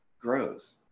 grows